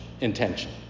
intention